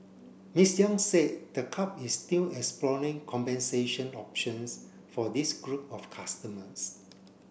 Ms Yang said the club is still exploring compensation options for this group of customers